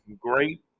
great